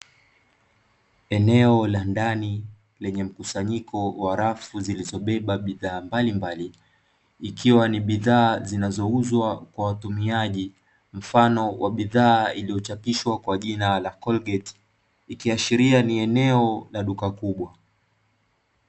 Eneo la ndani lenye mkusanyiko wa rafu zilizobeba bidhaa mbalimbali, ikiwa ni bidhaa zinazouzwa kwa watumiaji, mfano wa bidhaa iliyochapishwa kwa jina la ''Colgate'' ikiashiria ni eneo la duka kubwa.